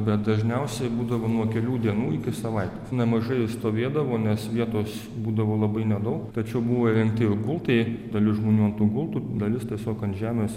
bet dažniausiai būdavo nuo kelių dienų iki savaitės nemažai jų stovėdavo nes vietos būdavo labai nedaug tačiau buvo įrengti ir gultai dalis žmonių ant tų gultų dalis tiesiog ant žemės